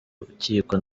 rukiko